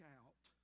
out